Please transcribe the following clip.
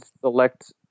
select